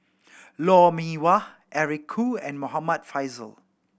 Lou Mee Wah Eric Khoo and Muhammad Faishal